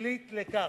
פלילית לכך.